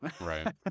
Right